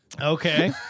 Okay